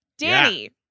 Danny